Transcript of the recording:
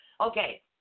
Okay